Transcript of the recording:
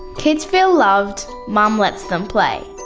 kids feel loved. mum lets them play.